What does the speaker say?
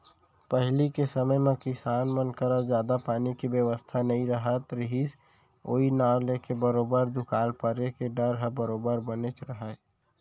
पहिली के समे म किसान मन करा जादा पानी के बेवस्था नइ रहत रहिस ओई नांव लेके बरोबर दुकाल परे के डर ह बरोबर बनेच रहय